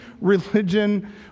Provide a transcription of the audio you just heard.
religion